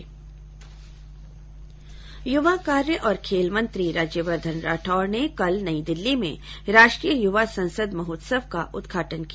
युवा कार्य और खेल मंत्री राज्यवर्धन राठौड़ ने कल नई दिल्ली में राष्ट्रीय युवा संसद महोत्सव का उदघाटन किया